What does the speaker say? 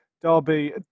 Derby